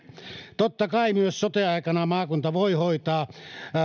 totta kai myös sote aikana maakunta voi hoitaa